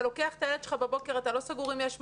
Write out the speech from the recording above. אתה לוקח את הילד שלך בבוקר ואתה לא סגור אם יש מקום.